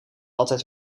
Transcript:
altijd